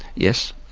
yes.